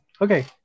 Okay